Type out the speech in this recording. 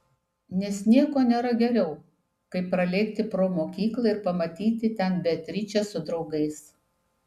nes nieko nėra geriau kaip pralėkti pro mokyklą ir pamatyti ten beatričę su draugais